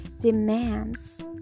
demands